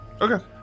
Okay